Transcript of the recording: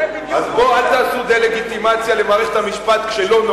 כי הפעילות הזו של "עדאלה" ושל "בצלם"